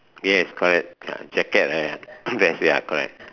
yes correct uh jacket and vest ya correct